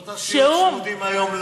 שעות הסיעוד צמודות היום,